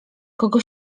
kogo